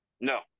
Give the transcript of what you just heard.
No